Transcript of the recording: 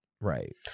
right